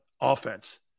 offense